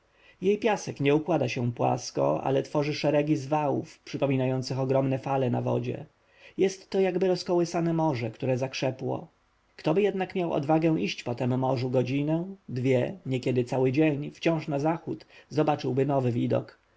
jej piasek nie układa się płasko ale tworzy szeregi zwałów przypominających ogromne fale na wodzie jest to jakby rozkołysane morze które zakrzepło ktoby jednak miał odwagę iść po tem morzu godzinę dwie niekiedy cały dzień wciąż na zachód zobaczyłby nowy widok